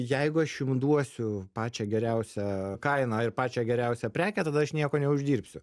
jeigu aš jum duosiu pačią geriausią kainą ir pačią geriausią prekę tada aš nieko neuždirbsiu